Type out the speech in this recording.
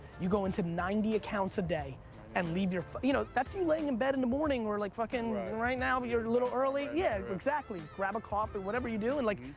you go into ninety accounts a day and leave your. you know, that's you laying in bed in the morning or like fucking right now, you're a little early. yeah, exactly, grab a coffee, whatever you do and like.